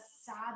sad